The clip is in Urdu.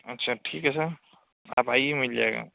اچھا ٹھیک ہے سر آپ آئیے مل جائے گا